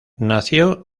nació